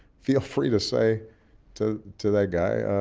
feel free to say to to that guy,